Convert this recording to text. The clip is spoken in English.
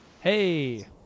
Hey